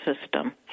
system